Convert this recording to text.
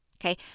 okay